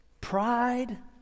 pride